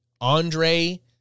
Andre